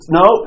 no